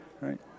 right